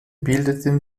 bildeten